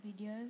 videos